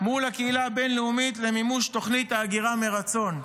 מול הקהילה הבין-לאומית למימוש תוכנית ההגירה מרצון.